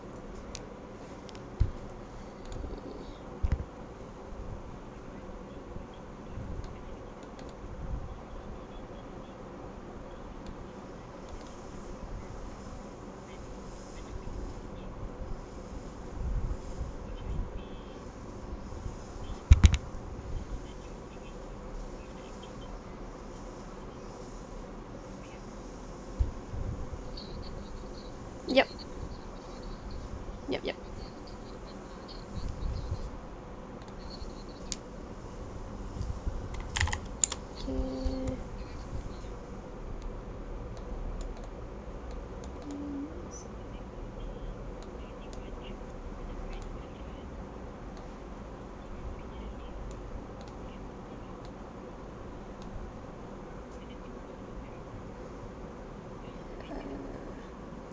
mm ya ya ya hmm mm uh